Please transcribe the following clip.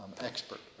expert